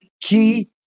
Key